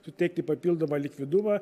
suteikti papildomą likvidumą